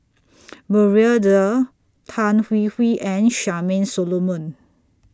Maria Dyer Tan Hwee Hwee and Charmaine Solomon